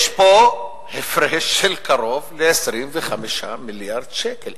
יש פה הפרש של קרוב ל-25 מיליארד שקל.